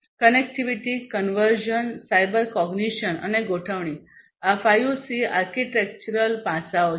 connectivity conversion cyber cognition અને ગોઠવણી આ 5 સી આર્કિટેક્ચરલ પાસાં છે